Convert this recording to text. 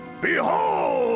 behold